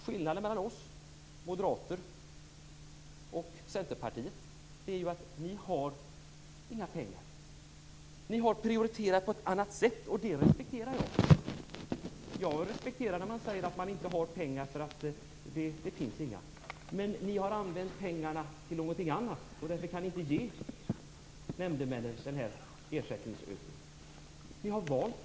Skillnaden mellan oss moderater och centerpartisterna är att de inte har några pengar. De har prioriterat på ett annat sätt - och det respekterar jag. Jag respekterar när man säger att man inte har pengar eftersom det inte finns några. Men Centerpartiet har använt pengarna till något annat, och kan därför inte ge nämndemännen någon ersättningsökning. Herr talman!